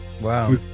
wow